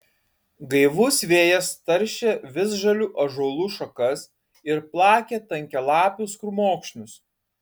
gaivus vėjas taršė visžalių ąžuolų šakas ir plakė tankialapius krūmokšnius